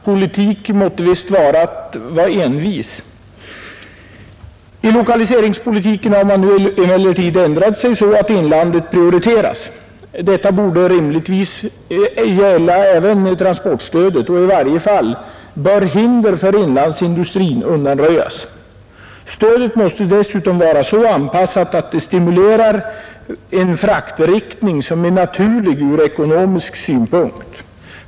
Politik måtte vara att vara envis. I lokaliseringspolitiken har man nu ändrat sig så att inlandet prioriteras. Detta borde rimligtvis även gälla transportstödet. I varje fall bör hinder för inlandsindustrin undanröjas. Stödet måste dessutom vara så anpassat att det stimulerar en fraktriktning som är naturlig ur ekonomisk synpunkt.